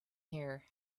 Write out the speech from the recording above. here